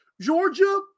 Georgia